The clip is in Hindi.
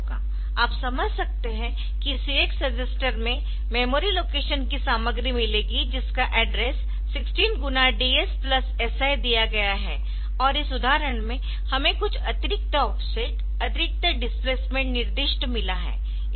आप समझ सकते है कि CX रजिस्टर में मेमोरी लोकेशन की सामग्री मिलेगी जिसका एड्रेस 16 गुणा DS प्लस SI दिया गया है और इस उदाहरण में हमें कुछ अतिरिक्त ऑफसेट अतिरिक्त डिस्प्लेसमेंट निर्दिष्ट मिला है